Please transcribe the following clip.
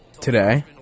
Today